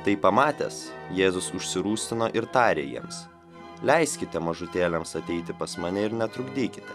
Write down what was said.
tai pamatęs jėzus užsirūstino ir tarė jiems leiskite mažutėliams ateiti pas mane ir netrukdykite